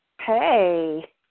hey